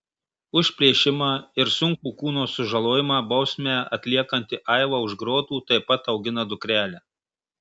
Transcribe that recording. už plėšimą ir sunkų kūno sužalojimą bausmę atliekanti aiva už grotų taip pat augina dukrelę